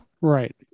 right